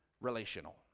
relational